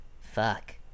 Fuck